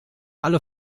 alle